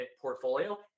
portfolio